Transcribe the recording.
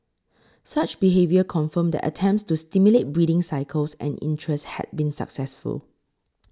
such behaviour confirmed that attempts to stimulate breeding cycles and interest had been successful